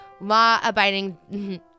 law-abiding